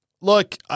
look